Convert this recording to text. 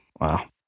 Wow